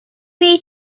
may